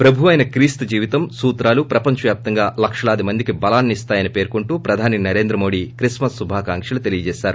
ప్రభువైన క్రీస్తు జీవితం సూత్రాలు ప్రపంచ వ్యాప్తంగా లక్షలాది మందికి బలాన్ని ఇస్తాయని పేర్కొంటూ ప్రధానమంత్రి నరేంద్ర మోడీ క్రిస్మస్ కుభాకాంక్షలు తెలిపారు